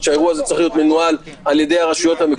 בינתיים, עד שיעלה,